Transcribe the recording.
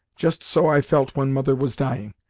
just so i felt when mother was dying!